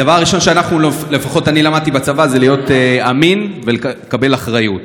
הדבר הראשון שאני לפחות למדתי בצבא זה להיות אמין ולקבל אחריות,